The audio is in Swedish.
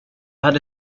hade